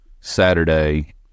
Saturday